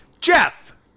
Jeff